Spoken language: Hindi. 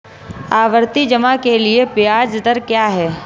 आवर्ती जमा के लिए ब्याज दर क्या है?